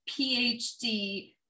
PhD